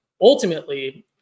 Ultimately